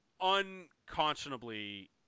unconscionably